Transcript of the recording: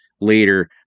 later